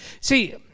See